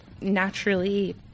naturally